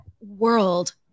world